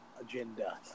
agenda